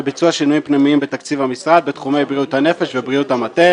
וביצוע שינויים פנימיים בתקציב במשרד בתחומי בריאות הנפש ותפעול המטה.